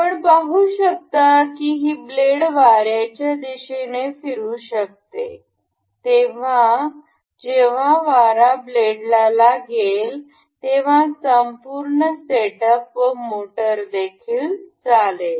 आपण पाहू शकता की ब्लेड वार्याच्या दिशेने फिरु शकतात जेव्हा वारा ब्लेडला लागेल तेव्हा संपूर्ण सेटअप व मोटर देखील चालेल